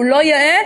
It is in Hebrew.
הוא לא יאה,